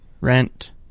rent